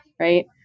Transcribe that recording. right